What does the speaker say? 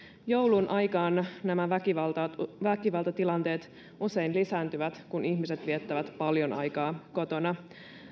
joulun aikaan nämä väkivaltatilanteet usein lisääntyvät kun ihmiset viettävät paljon aikaa kotona